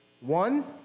One